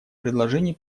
предложений